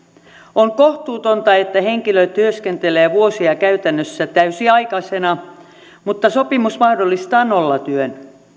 on kohtuutonta että henkilö työskentelee vuosia käytännössä täysiaikaisena mutta sopimus mahdollistaa nollatyön